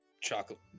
chocolate